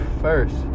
first